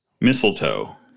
mistletoe